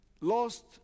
lost